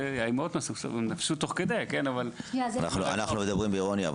אנחנו מדברים באירוניה,